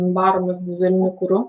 varomos dyzeliniu kuru